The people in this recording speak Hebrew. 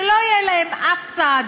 שלא יהיה להם אף סעד.